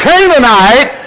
Canaanite